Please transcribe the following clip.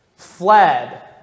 fled